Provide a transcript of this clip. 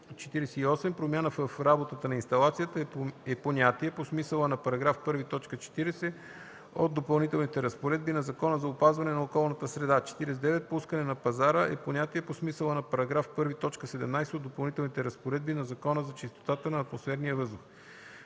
„Промяна в работата на инсталацията” е понятие по смисъла на § 1, т. 40 от Допълнителните разпоредби на Закона за опазване на околната среда. 49. „Пускане на пазара” е понятие по смисъла на § 1, т. 17 от Допълнителните разпоредби на Закона за чистотата на атмосферния въздух.